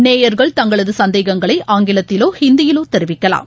நேயர்கள் தங்களது சந்தேகங்களை ஆங்கிலத்திலோ ஹிந்தியிலோ தெரிவிக்கலாம்